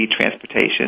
transportation